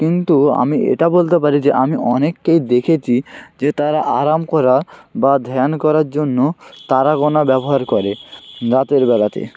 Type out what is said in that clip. কিন্তু আমি এটা বলতে পারি যে আমি অনেককেই দেখেছি যে তারা আরাম করা বা ধ্যান করার জন্য তারা গোনা ব্যবহার করে রাতের বেলাতে